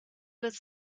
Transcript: wird